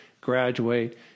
graduate